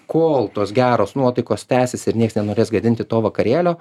kol tos geros nuotaikos tęsis ir nieks nenorės gadinti to vakarėlio